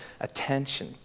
attention